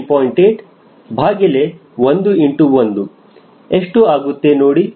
8 ಭಾಗಿಲೆ 1 ಇಂಟು 1 ಎಷ್ಟು ಆಗುತ್ತೆ ನೋಡಿ